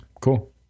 cool